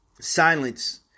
silence